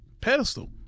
Pedestal